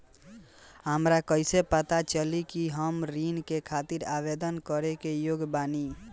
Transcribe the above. हमरा कइसे पता चली कि हम ऋण के खातिर आवेदन करे के योग्य बानी?